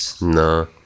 No